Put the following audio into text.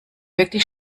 wirklich